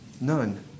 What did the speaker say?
None